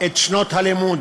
את תקופת הלימוד.